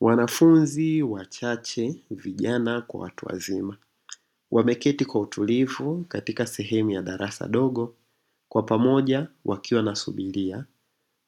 Wanafunzi wachache vijana kwa watu wazima wameketi kwa utulivu katika sehemu ya darasa dogo kwa pamoja wakiwa wanasubiria